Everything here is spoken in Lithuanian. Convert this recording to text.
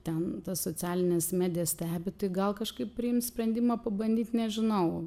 ten tas socialines medijas stebi tai gal kažkaip priims sprendimą pabandyt nežinau